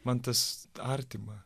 man tas artima